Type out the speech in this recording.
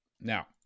Now